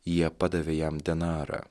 jie padavė jam denarą